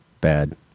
bad